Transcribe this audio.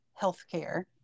healthcare